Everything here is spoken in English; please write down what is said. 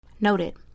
noted